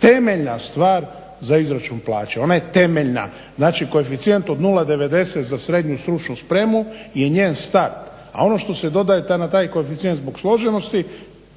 temeljna stvar za izračun plaća, ona je temeljna. Znači koeficijent od 0,90 za srednju stručnu spremu je njen start, a ono što se dodaje na taj koeficijent zbog složenosti